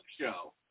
show